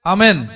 Amen